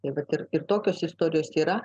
ir tokios istorijos yra